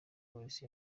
polisi